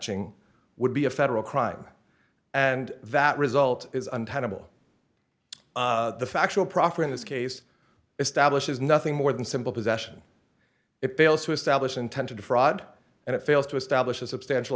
ching would be a federal crime and that result is untenable the factual proffer in this case establishes nothing more than simple possession it fails to establish intent to defraud and it fails to establish a substantial